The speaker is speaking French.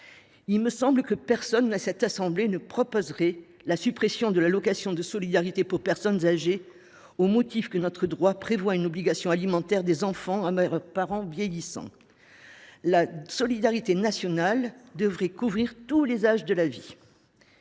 Il me semble que personne dans cette assemblée ne proposerait la suppression de l’allocation de solidarité aux personnes âgées au motif que notre droit prévoit une obligation alimentaire des enfants envers leurs parents vieillissants… La solidarité nationale devrait couvrir tous les âges de la vie.